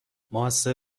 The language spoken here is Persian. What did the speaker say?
موثر